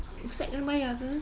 ustaz kena bayar ke